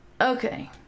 Okay